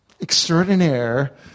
extraordinaire